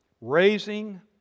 raising